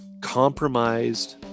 compromised